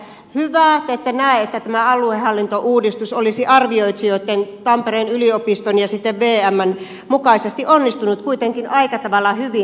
te ette näe että tämä aluehallintouudistus olisi arvioitsijoitten tampereen yliopiston ja vmn mukaan onnistunut kuitenkin aika tavalla hyvin